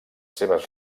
seves